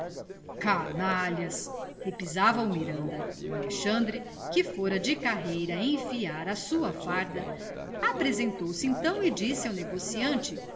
canalhas repisava o miranda o alexandre que fora de carreira enfiar a sua farda apresentou-se então e disse ao negociante